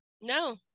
No